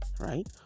right